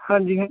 ਹਾਂਜੀ